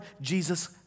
Jesus